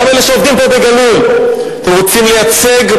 גם אלה שעובדים פה בגלוי: אתם רוצים לייצג,